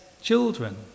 children